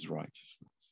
righteousness